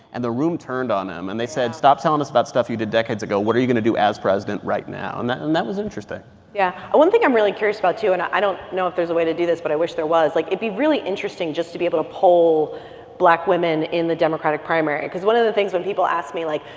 and the room turned on him yeah and they said, stop telling us about stuff you did decades ago. what are you going to do as president right now? and that and that was interesting yeah. one thing i'm really curious about too and i don't know if there's a way to do this, but i wish there was like, it'd be really interesting just to be able to poll black women in the democratic primary because one of the things when people ask me, like,